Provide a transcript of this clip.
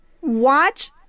Watch